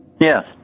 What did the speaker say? Yes